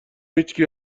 هیچکی